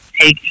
Take